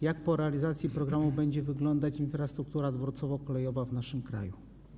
Jak po realizacji programu będzie wyglądać infrastruktura dworcowo-kolejowa w naszym kraju?